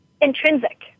intrinsic